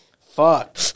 Fuck